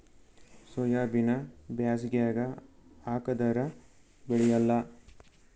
ಸೋಯಾಬಿನ ಬ್ಯಾಸಗ್ಯಾಗ ಹಾಕದರ ಬೆಳಿಯಲ್ಲಾ?